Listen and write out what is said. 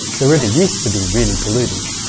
the river used to be really polluted,